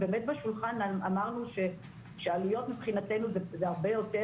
באמת בשולחן אמרנו שהעלויות מבחינתנו זה הרבה יותר,